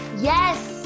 Yes